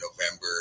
November